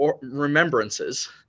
remembrances